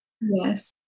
Yes